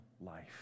life